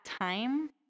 time